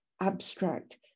abstract